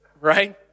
right